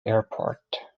airport